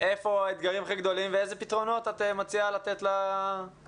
איפה האתגרים הכי גדולים ואיזה פתרונות את מציעה לתת לאתגרים.